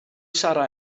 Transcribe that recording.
sarra